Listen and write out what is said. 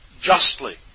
justly